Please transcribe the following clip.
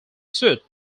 suit